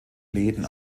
läden